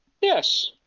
Yes